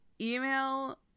email